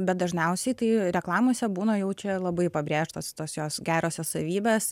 bet dažniausiai tai reklamose būna jaučia labai pabrėžtos tos jos gerosios savybės